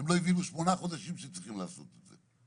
הם לא הבינו שמונה חודשים שצריך לעשות את זה.